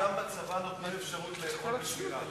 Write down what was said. גברתי, גם בצבא נותנים אפשרות לאכול בשמירה.